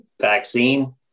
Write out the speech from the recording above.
vaccine